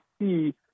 see